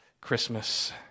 Christmas